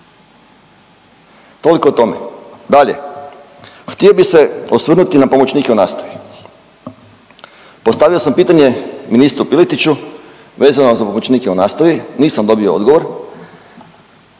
Toliko o tome. Dalje, htio bih se osvrnuti na pomoćnike u nastavi. Postavio sam pitanje ministru Piletiću vezano za pomoćnike u nastavi, nisam dobio odgovor.